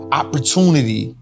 opportunity